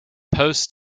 post